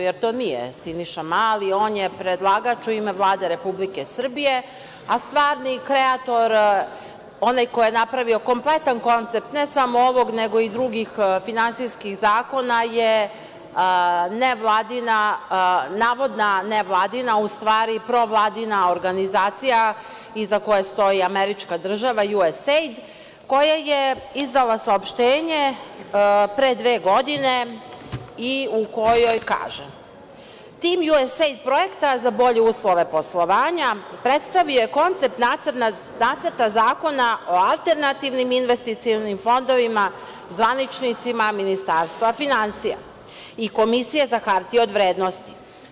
Jer, to nije Siniša Mali, on je predlagač u ime Vlade Republike Srbije, a stvarni kreator, onaj ko je napravio kompletan koncept ne samo ovog nego i drugih finansijskih zakona je navodna nevladina, u stvari provladina organizacija iza koje stoji američka država, USAID koja je izdala saopštenje pre dve godine i u kojoj kaže – tim USAID projekta za bolje uslove poslovanja predstavio je koncept Nacrta zakona o alternativnim investicionim fondovima, zvaničnicima Ministarstva finansija i Komisije za hartije od vrednosti.